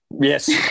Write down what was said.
Yes